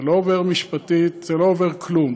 זה לא עובר משפטית, זה לא עובר כלום.